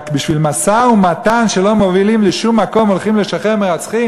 רק בשביל משא-ומתן שלא מוביל לשום מקום הולכים לשחרר מרצחים?